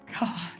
God